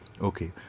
Okay